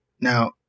Now